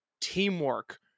teamwork